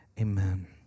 Amen